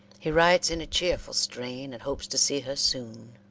he writes in a cheerful strain, and hopes to see her soon.